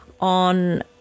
on